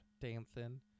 Dancing